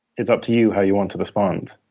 it's up to you how you want to respond.